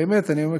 באמת אני אומר,